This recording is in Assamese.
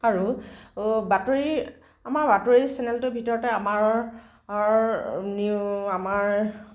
আৰু বাতৰি আমাৰ বাতৰি চেনেলটোৰ ভিতৰতে আমাৰ আমাৰ